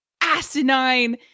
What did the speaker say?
asinine